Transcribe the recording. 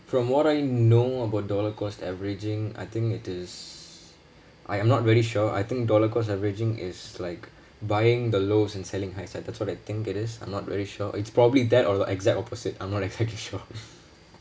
from what I know about dollar cost averaging I think it is I am not really sure I think dollar cost averaging is like buying the lows and selling high it's that's what I think it is I'm not very sure it's probably that or the exact opposite I'm not exactly sure